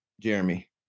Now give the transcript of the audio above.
Jeremy